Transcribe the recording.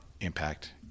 impact